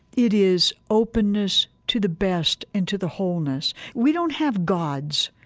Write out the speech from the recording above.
it is openness to the best and to the wholeness. we don't have gods,